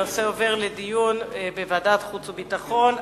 הנושא עובר לדיון בוועדת החוץ והביטחון.